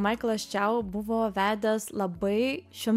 maiklas čiau buvo vedęs labai šiuo